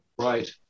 Right